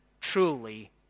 truly